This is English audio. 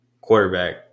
quarterback